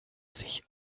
sich